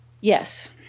Yes